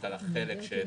על החלק,